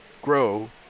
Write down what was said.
grow